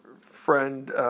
friend